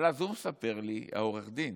אבל אז הוא מספר לי, עורך הדין